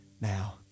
now